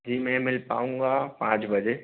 जी मैं मिल पाऊँगा पाँच बजे